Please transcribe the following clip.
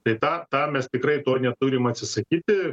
tai tą tą mes tikrai to neturim atsisakyti